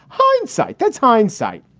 hindsight, that's hindsight.